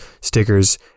stickers